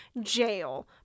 Jail